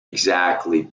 exactly